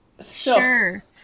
Sure